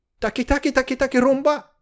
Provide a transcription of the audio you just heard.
Taki-taki-taki-taki-rumba